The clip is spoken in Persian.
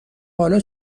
حالا